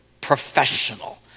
professional